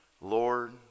Lord